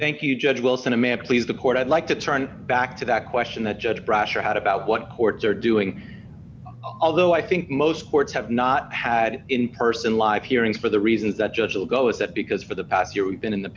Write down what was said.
thank you judge wilson amanda please the court i'd like to turn back to that question that judge brasher had about what courts are doing although i think most courts have not had in person live hearings for the reasons that judge will go is that because for the past year we've been in the